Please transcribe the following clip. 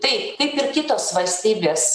taip kaip ir kitos valstybės